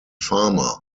farmer